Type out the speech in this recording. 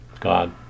God